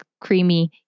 creamy